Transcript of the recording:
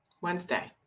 Wednesday